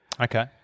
Okay